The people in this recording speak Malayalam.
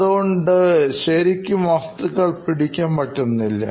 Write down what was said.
അതുകൊണ്ട് അവർക്ക് വസ്തുക്കൾ ശരിക്കും പിടിക്കാൻ പറ്റിയിരുന്നില്ല